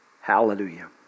Hallelujah